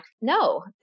no